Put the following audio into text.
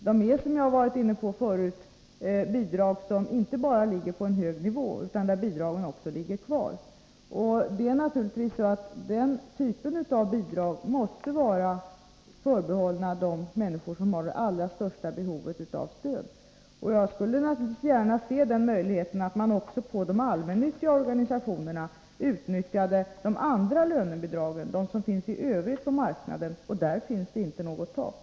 Det rör sig inte bara om, och det har jag varit inne på förut, bidrag på en hög nivå utan också om bidrag som ligger kvar. Det är naturligtvis så att den typen av bidrag måste förbehållas de människor som har det allra största behovet av stöd. Jag skulle naturligtvis gärna se att också de allmännyttiga organisationerna utnyttjade även de andra lönebidrag som finns på marknaden och för vilka det inte finns något tak.